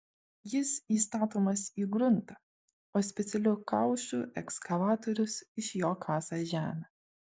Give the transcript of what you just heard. jis įstatomas į gruntą o specialiu kaušu ekskavatorius iš jo kasa žemę